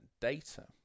data